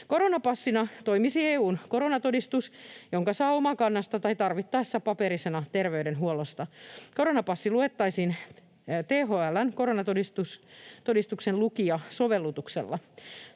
Koronapassina toimisi EU:n koronatodistus, jonka saa Omakannasta tai tarvittaessa paperisena terveydenhuollosta. Koronapassi luettaisiin THL:n Koronatodistuksen lukija ‑sovellutuksella.